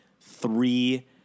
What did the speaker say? three